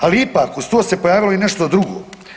Ali ipak, uz to se pojavilo i nešto drugo.